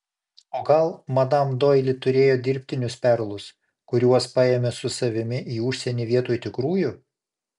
o gal madam doili turėjo dirbtinius perlus kuriuos paėmė su savimi į užsienį vietoj tikrųjų